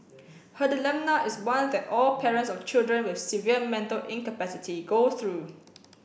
her dilemma is one that all parents of children with severe mental incapacity go through